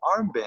armband